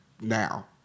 now